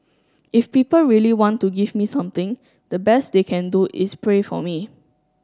if people really want to give me something the best they can do is pray for me